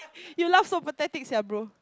you laugh so pathetic sia bro